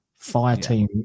Fireteam